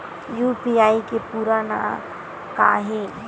UPI के पूरा नाम का ये?